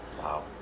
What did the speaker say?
wow